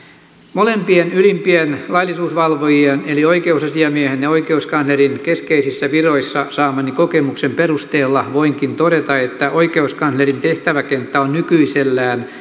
molempien ylimpien laillisuusvalvojien eli oikeusasiamiehen ja oikeuskanslerin keskeisissä viroissa saamani kokemuksen perusteella voinkin todeta että oikeuskanslerin tehtäväkenttä on nykyisellään